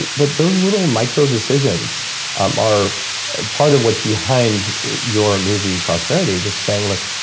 but those little micro decisions um are part of what's behind your movie, prosperity. just saying, look.